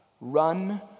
Run